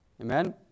Amen